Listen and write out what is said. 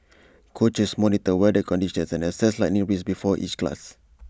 coaches monitor weather conditions and assess lightning risks before each class